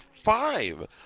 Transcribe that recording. five